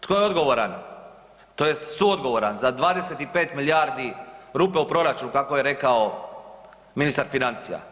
Tko je odgovoran, to jest suodgovoran za 25 milijardi rupe u proračunu kako je rekao ministar financija?